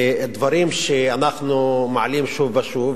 אחד הדברים שאנחנו מעלים שוב ושוב,